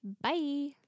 Bye